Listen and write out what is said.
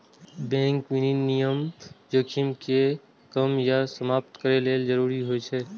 bank विनियमन जोखिम कें कम या समाप्त करै लेल जरूरी होइ छै